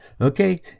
okay